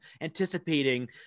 anticipating